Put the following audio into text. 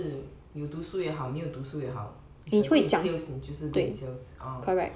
对呀因为你不管你是有读书也好没有读书也好你 good in sales 就是 good in sales